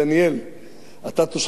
אתה תושב תל-אביב, נכון?